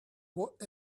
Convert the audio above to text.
what